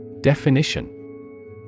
Definition